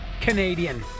Canadian